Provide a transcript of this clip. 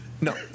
No